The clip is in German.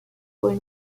wohl